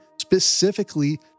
specifically